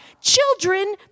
Children